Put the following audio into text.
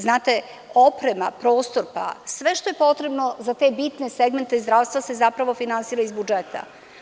Znate, oprema, prostor, sve što je potrebno za te bitne segmente zdravstva se zapravo finansira iz budžeta.